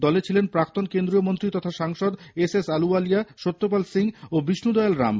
দলে ছিলেন প্রাক্তন কেন্দ্রীয় মন্ত্রী তথা সাংসদ এস এস আলুওয়ালিয়া সত্যপাল সিং ও বিষ্ণুদয়াল রাম